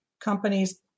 companies